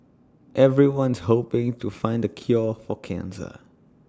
everyone's hoping to find the cure for cancer